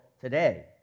today